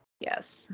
Yes